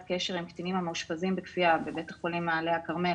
קשר עם קטינים המאושפזים בכפייה בבית החולים מעלה הכרמל,